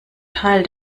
teil